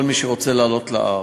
כל מי שרוצה לעלות להר.